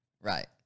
right